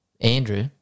Andrew